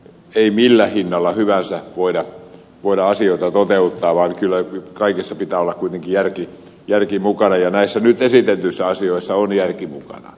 ei millä hinnalla hyvänsä voida asioita toteuttaa vaan kyllä kaikessa pitää olla kuitenkin järki mukana ja näissä nyt esitetyissä asioissa on järki mukana